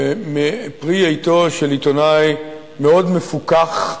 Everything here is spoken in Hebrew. מפרי עטו של עיתונאי מאוד מפוכח,